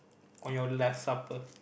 on your last supper